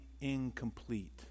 incomplete